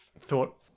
thought